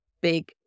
big